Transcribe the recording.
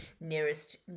nearest